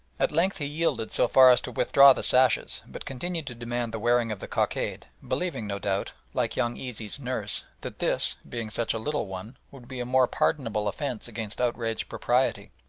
at length he yielded so far as to withdraw the sashes, but continued to demand the wearing of the cockade, believing, no doubt, like young easy's nurse, that this, being such a little one, would be a more pardonable offence against outraged propriety.